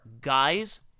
guys